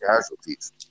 casualties